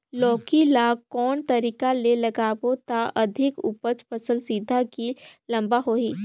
लौकी ल कौन तरीका ले लगाबो त अधिक उपज फल सीधा की लम्बा होही?